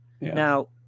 Now